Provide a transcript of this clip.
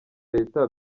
leta